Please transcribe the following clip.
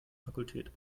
fakultät